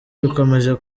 bikomeje